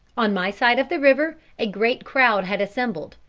on my side of the river a great crowd had assembled,